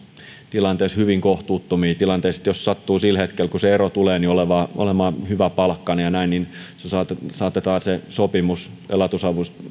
tilanteessa hyvin kohtuuttomiin tilanteisiin jos sattuu sillä hetkellä kun se ero tulee olemaan hyväpalkkainen ja näin niin saatetaan se sopimus elatusavusta